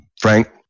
Frank